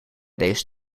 deze